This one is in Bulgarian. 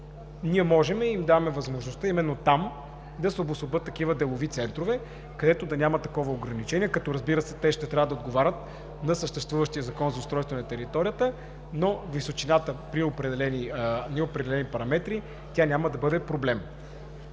ние можем и им даваме възможността именно там да се обособят такива делови центрове, където да няма такова ограничение. Разбира се, те ще трябва да отговарят на съществуващия Закон за устройство на територията, но височината при определени параметри, няма да бъде проблем.